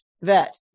vet